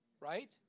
right